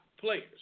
players